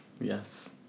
Yes